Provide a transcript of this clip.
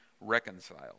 reconciled